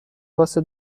واسه